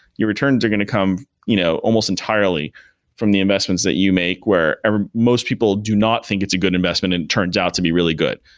your returns are going to come you know almost entirely from the investments that you make where most people do not think it's a good investment and it turns out to be really good,